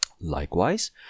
Likewise